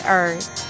earth